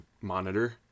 monitor